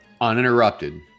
uninterrupted